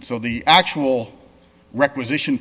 so the actual requisition